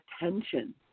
attention